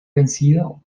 vencido